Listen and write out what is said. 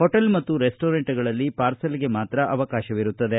hotel ಮತ್ತು ರೆಸ್ಟೊರೆಂಟ್ಗಳಲ್ಲಿ ಪಾರ್ಸೆಲ್ಗೆ ಮಾತ್ರ ಅವಕಾಶವಿರುತ್ತದೆ